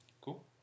Cool